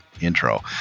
intro